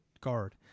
guard